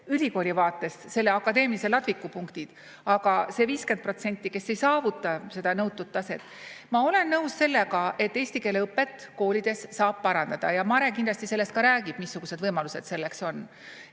ülikooli vaates selle akadeemilise ladviku punktid –, aga samas on see 50%, kes ei saavuta seda nõutud taset. Ma olen nõus sellega, et eesti keele õpet koolides saab parandada. Mare kindlasti sellest ka räägib, missugused võimalused selleks on.